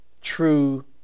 true